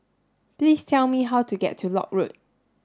please tell me how to get to Lock Road